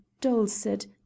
dulcet